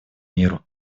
миру